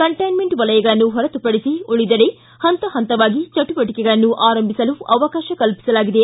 containment ವಲಯಗಳನ್ನು ಹೊರತುಪಡಿಸಿ ಉಳಿದೆಡೆ ಹಂತ ಹಂತವಾಗಿ ಚಟುವಟಿಕೆಗಳನ್ನು ಆರಂಭಿಸಲು ಅವಕಾಶ ಕಲ್ಪಿಸಲಾಗಿದೆ